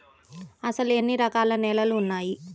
అసలు ఎన్ని రకాల నేలలు వున్నాయి?